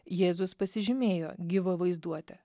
jėzus pasižymėjo gyva vaizduote